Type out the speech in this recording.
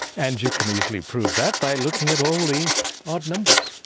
and you can easily prove that by looking at all the odd numbers,